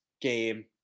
game